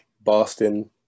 Boston